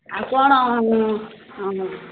ଆଉ କ'ଣ